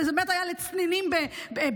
זה באמת היה לצנינים בעיניה,